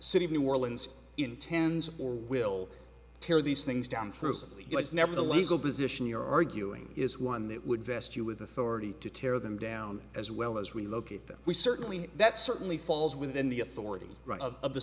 city of new orleans intends or will tear these things down through simply never the legal position you're arguing is one that would best you with authority to tear them down as well as relocate them we certainly that certainly falls within the authority of